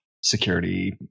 security